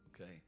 Okay